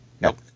Nope